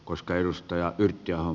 koska ennustajayhtiö on